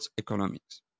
economics